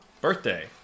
birthday